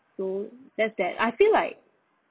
so that's that I feel like